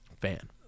fan